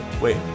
Wait